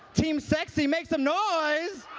team sexy, make some noise.